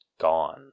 gone